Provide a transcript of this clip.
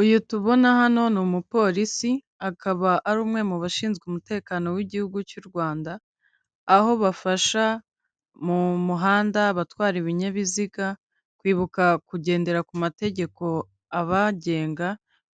Uyu tubona hano ni umupolisi; akaba ari umwe mu bashinzwe umutekano w'igihugu cy'u Rwanda, aho bafasha mu muhanda abatwara ibinyabiziga kwibuka kugendera ku mategeko abagenga,